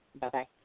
Bye-bye